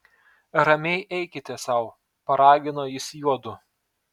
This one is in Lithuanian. ramiai eikite sau paragino jis juodu